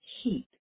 heat